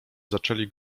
zaczęli